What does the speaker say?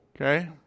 Okay